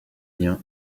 vient